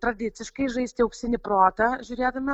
tradiciškai žaisti auksinį protą žiūrėdami